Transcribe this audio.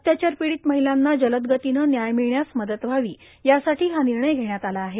अत्याचार पीडित महिलांना जल गतीने न्याय मिळण्यास म त व्हावी यासाठी हा निर्णय घेण्यात आला आहे